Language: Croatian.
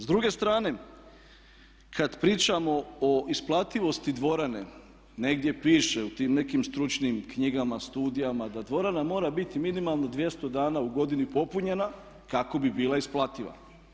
S druge strane, kada pričamo o isplativosti dvorane, negdje piše u tim nekim stručnim knjigama, studijama da dvorana mora biti minimalno 200 dana u godini popunjena kako bi bila isplativa.